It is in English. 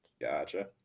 Gotcha